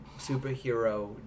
superhero